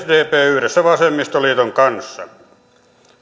yhdessä vasemmistoliiton kanssa